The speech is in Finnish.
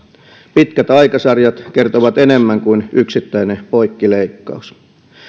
pitkät aikasarjat kertovat enemmän kuin yksittäinen poikkileikkaus